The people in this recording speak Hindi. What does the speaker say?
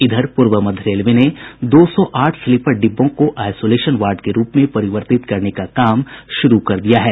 इधर पूर्व मध्य रेलवे ने दो सौ आठ स्लीपर डिब्बों को आईसोलेशन वार्ड के रूप में परिवर्तित करने का काम शुरू कर दिया है